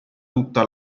tutta